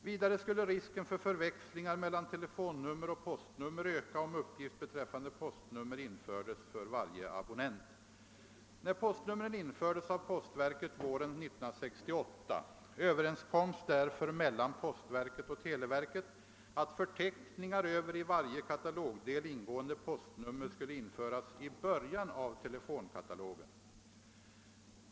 Vidare skulle risken för förväxlingar mellan telefonnummer och postnummer öka, om uppgift beträffande postnummer infördes för varje abonnent. När postnumren infördes av postverket våren 1968, överenskoms därför mellan postverket och televerket att förteckningar över i varje katalogdel ingående postnummer skulle införas 1 början av telefonkatalogen.